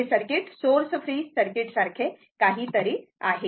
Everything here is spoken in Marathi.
हे सर्किट सोर्स फ्री सर्किट सारखे काहीतरी आहे